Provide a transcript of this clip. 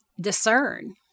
discern